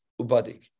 Ubadik